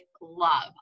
love